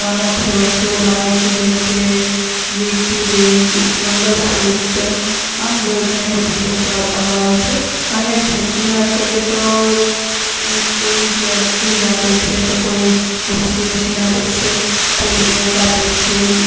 અનોખી વસ્તુઓ લાવે છે જેમકે વીટીં રહી મંગળસૂત્ર આમ ઘણી બધી ભેટો આપવામાં આવે છે અને ભેટની વાત કરીએ તો કોઈ ગ ફ્રિજ આપે છે તો કોઈ વોશિંગ મશીન આપે છે કોઈ બેટ આપે છે